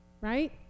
right